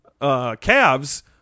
Cavs